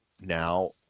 Now